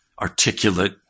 articulate